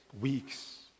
weeks